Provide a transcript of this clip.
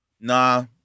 nah